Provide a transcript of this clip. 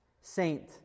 Saint